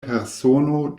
persono